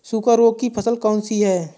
सूखा रोग की फसल कौन सी है?